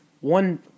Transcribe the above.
one